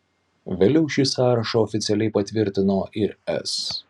vėliau šį sąrašą oficialiai patvirtino ir es